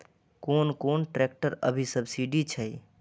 कोन कोन ट्रेक्टर अभी सब्सीडी छै?